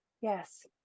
Yes